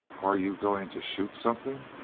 are you going to shoot something?